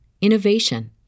innovation